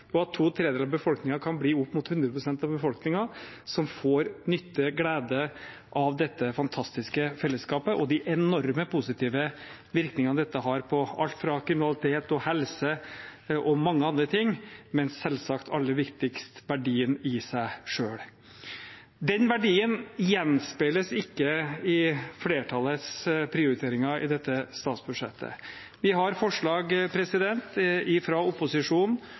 og at to tredjedeler av befolkningen kan bli opp mot 100 pst. av befolkningen, som får nytte og glede av dette fantastiske fellesskapet og de enorme positive virkningene dette har på alt fra kriminalitet til helse og mange andre ting, men selvsagt aller viktigst: verdien i seg selv. Den verdien gjenspeiles ikke i flertallets prioriteringer i dette statsbudsjettet. Vi har forslag fra opposisjonen